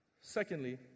Secondly